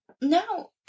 No